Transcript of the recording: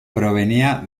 provenía